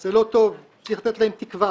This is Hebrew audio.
זה לא טוב, צריך לתת להם תקווה,